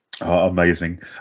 amazing